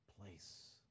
place